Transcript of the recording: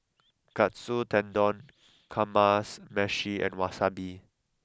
Katsu Tendon Kamameshi and Wasabi